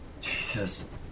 Jesus